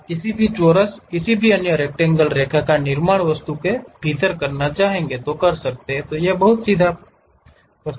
आप किसी भी चोरस किसी भी अन्य रक्टैंगल रेखा का निर्माण वस्तु के भीतर करना चाहेंगे तो यह बहुत सीधा है